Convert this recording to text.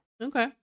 Okay